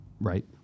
right